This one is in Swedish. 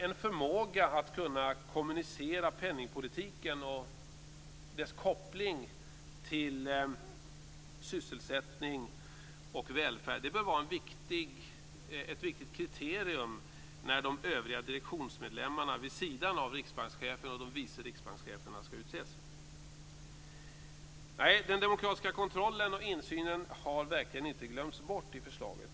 En förmåga att kunna kommunicera penningpolitiken och dess koppling till sysselsättning och välfärd bör vara ett viktigt kriterium när de övriga direktionsmedlemmarna vid sidan av riksbankschefen och de vice riksbankscheferna skall utses. Den demokratiska kontrollen och insynen har verkligen inte glömts bort i förslaget.